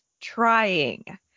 trying